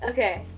Okay